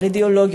על אידיאולוגיות,